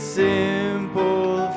simple